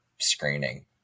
screening